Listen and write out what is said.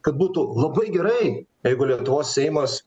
kad būtų labai gerai jeigu lietuvos seimas